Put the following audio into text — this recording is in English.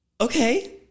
okay